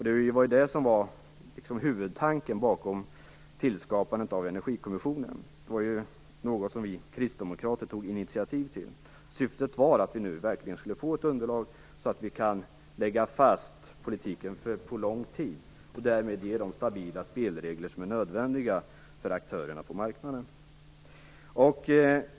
Det var det som var huvudtanken bakom tillblivelsen av Energikommissionen. Det var något som vi kristdemokrater tog initiativ till, och syftet var att vi nu verkligen skulle få ett underlag för att kunna lägga fast politiken för en lång tid. Därmed skulle vi få de stabila spelregler som är nödvändiga för aktörerna på marknaden.